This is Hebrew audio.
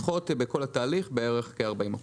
נדחות בכל התהליך בערך כ-40%.